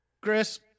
Chris